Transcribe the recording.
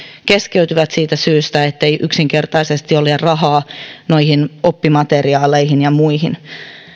keskeytyvät siitä syystä ettei yksinkertaisesti ole rahaa noihin oppimateriaaleihin ja muihin